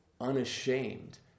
unashamed